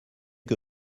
que